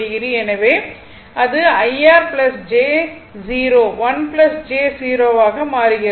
எனவே அது IR j 0 1 j 0 ஆக மாறுகிறது